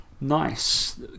nice